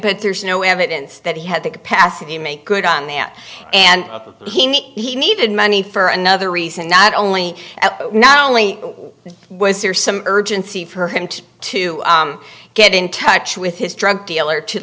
but there's no evidence that he had the capacity to make good on that and he needed money for another reason not only not only was there some urgency for him to to get in touch with his drug dealer to